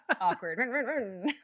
awkward